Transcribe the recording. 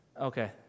Okay